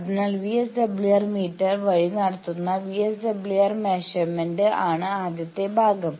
അതിനാൽ VSWR meter വഴി നടത്തുന്ന VSWR മെഷർമെന്റ് ആണ് ആദ്യത്തെ ഭാഗം